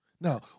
Now